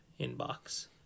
inbox